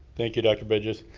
thank you, doctor bridges.